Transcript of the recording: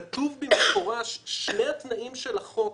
כתוב במפורש ששני התנאים של החוק